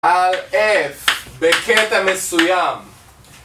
על F בקטע מסוים